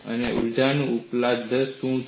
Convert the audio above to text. અને ઊર્જા ઉપલબ્ધતા શું છે